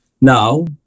Now